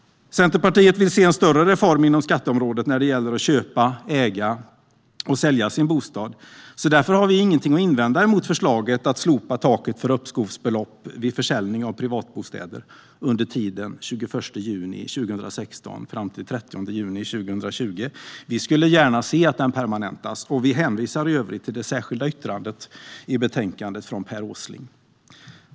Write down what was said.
Centerpartiet vill se en större reform inom skatteområdet vad gäller att köpa, äga och sälja sin bostad. Därför har vi inget att invända mot förslaget att slopa taket för uppskovsbelopp vid försäljning av privatbostäder under tiden den 21 juni 2016 fram till den 30 juni 2020. Vi skulle gärna se att det permanentas, och vi hänvisar i övrigt till det särskilda yttrandet från Per Åsling.